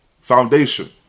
foundation